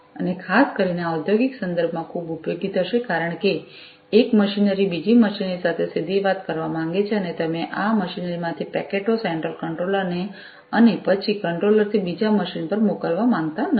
અને આ ખાસ કરીને ઔદ્યોગિક સંદર્ભમાં ખૂબ ઉપયોગી થશે કારણ કે એક મશીનરી બીજી મશીનરીસાથે સીધી વાત કરવા માંગે છે અને તમે આ મશીનરી માંથી પેકેટો સેન્ટ્રલ કંટ્રોલર ને અને પછી કંટ્રોલર થી બીજા મશીન પર મોકલવા માંગતા નથી